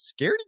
scaredy